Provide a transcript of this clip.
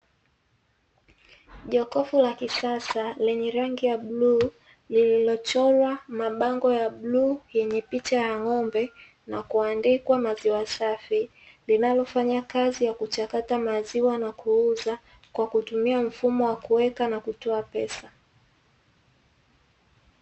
Jokofu la kisasa lenye rangi ya bluu lililochorwa mabango ya bluu yenye picha ya ng'ombe na kuandikwa maziwa safi, linalofanya kazi ya kuchakata maziwa na kuuza kwa kutumia mfumo wa kuweka na kutoa pesa.